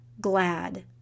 glad